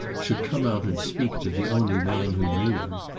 should come out and speak to the only man who knew him.